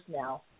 now